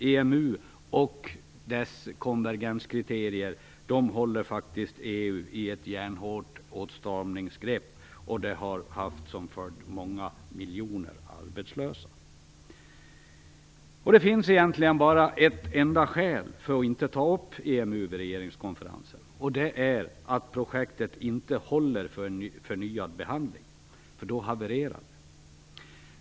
EMU och dess konvergenskriterier håller ju hela EU i ett järnhårt åtstramningsgrepp, med många miljoner arbetslösa som följd. Det finns egentligen bara ett enda skäl att inte ta upp EMU på regeringskonferensen, och det är att projektet inte håller för en förnyad behandling. Då havererar det.